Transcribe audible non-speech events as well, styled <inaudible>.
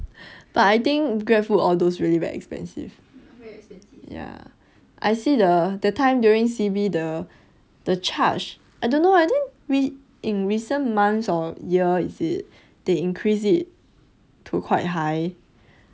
<breath> but I think grabfood all those really very expensive ya I see the the time during C_B the the charge I don't know I think we in recent months or a year is it they increase it to quite high